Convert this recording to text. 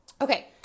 okay